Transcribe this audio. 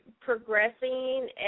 progressing